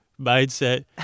mindset